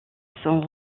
sont